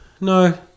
no